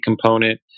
component